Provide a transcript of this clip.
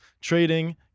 trading